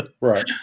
right